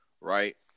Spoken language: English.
right